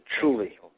Truly